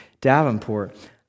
Davenport